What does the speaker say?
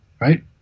right